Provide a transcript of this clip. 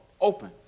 open